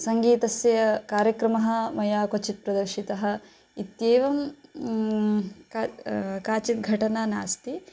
सङ्गीतस्य कार्यक्रमः मया क्वचित् प्रदर्शितः इत्येवं का काचित् घटना नास्ति